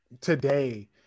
today